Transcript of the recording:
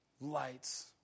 Lights